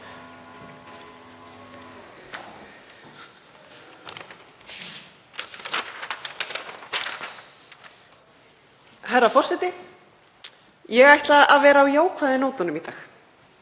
Herra forseti. Ég ætla að vera á jákvæðu nótunum í dag.